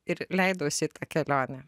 ir leidausi į tą kelionę